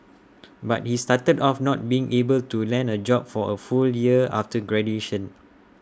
but he started off not being able to land A job for A full year after graduation